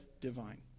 divine